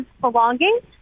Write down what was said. belongings